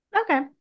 okay